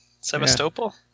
Sevastopol